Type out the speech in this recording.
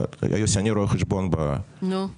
יוסי, אני רואה חשבון בהכשרתי